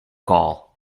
gall